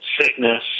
sickness